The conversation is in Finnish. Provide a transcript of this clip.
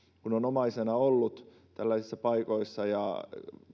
kun on omaisena ollut tällaisissa paikoissa ja